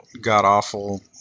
god-awful